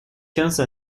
quinze